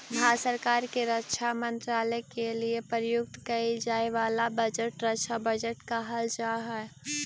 भारत सरकार के रक्षा मंत्रालय के लिए प्रस्तुत कईल जाए वाला बजट रक्षा बजट कहल जा हई